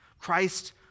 Christ